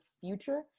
future